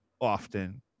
often